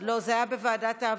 זה היה בוועדת הקורונה?